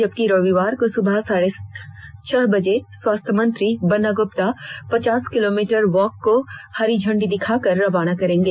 जबकि रविवार को सुबह साढ़े छह बजे स्वास्थ्य मंत्री बन्ना गुप्ता पचास किलोमीटर वॉक को इंडी दिखाकर रवाना करेंगे